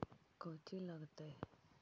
कौची लगतय?